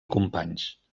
companys